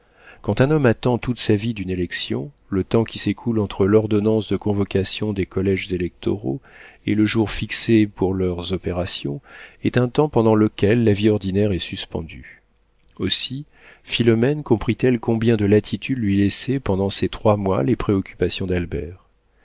quand un homme attend toute sa vie d'une élection le temps qui s'écoule entre l'ordonnance de convocation des colléges électoraux et le jour fixé pour leurs opérations est un temps pendant lequel la vie ordinaire est suspendue aussi philomène comprit elle combien de latitude lui laissaient pendant ces trois mois les préoccupations d'albert